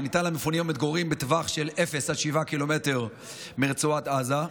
שניתן למפונים המתגוררים בטווח של 0 עד 7 ק"מ מרצועת עזה.